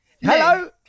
Hello